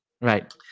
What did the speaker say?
Right